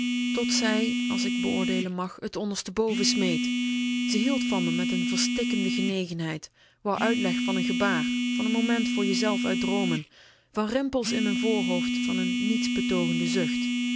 tot zij als ik dat beoordeelen mag t ondersteboven smeet ze hield van me met n verstikkende genegenheid wou uitleg van n gebaar van n moment voor je zelf uit droomen van rimpels in m'n voorhoofd van n niets betoogende zucht